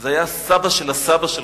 זה היה סבא של הסבא שלך.